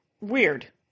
weird